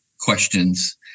questions